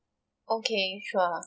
okay sure